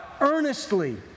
Earnestly